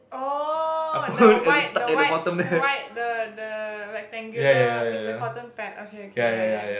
oh the white the white the white the the rectangular it's a cotton pad okay okay ya ya ya